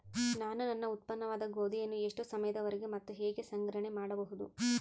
ನಾನು ನನ್ನ ಉತ್ಪನ್ನವಾದ ಗೋಧಿಯನ್ನು ಎಷ್ಟು ಸಮಯದವರೆಗೆ ಮತ್ತು ಹೇಗೆ ಸಂಗ್ರಹಣೆ ಮಾಡಬಹುದು?